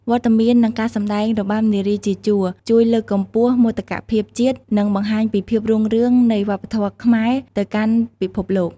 វត្តមាន និងការសម្តែងរបាំនារីជាជួរជួយលើកកម្ពស់មោទកភាពជាតិ និងបង្ហាញពីភាពរុងរឿងនៃវប្បធម៌ខ្មែរទៅកាន់ពិភពលោក។